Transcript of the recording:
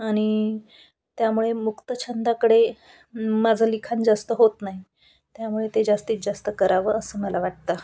आणि त्यामुळे मुक्तछंदाकडे माझं लिखाण जास्त होत नाही त्यामुळे ते जास्तीत जास्त करावं असं मला वाटतं